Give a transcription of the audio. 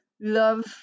love